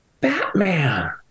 Batman